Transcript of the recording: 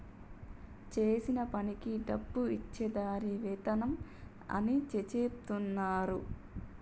చేసిన పనికి డబ్బు ఇచ్చే దాన్ని వేతనం అని చెచెప్తున్నరు